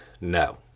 no